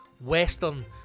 Western